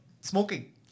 smoking